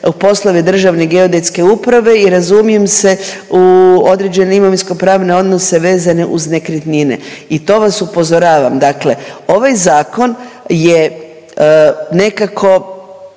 poslove Državne geodetske uprave i razumijem se u određene imovinsko-pravne odnose vezane uz nekretnine i to vas upozoravam, dakle ovaj zakon je nekako